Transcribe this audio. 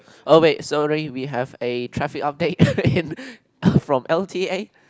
oh wait sorry we have a traffic update in from l_t_a